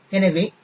எனவே ஏ